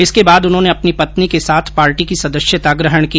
इसके बाद उन्होंने अपनी पत्नी के साथ पार्टी की सदस्यता ग्रहण की